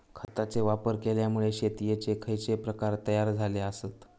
खतांचे वापर केल्यामुळे शेतीयेचे खैचे प्रकार तयार झाले आसत?